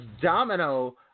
Domino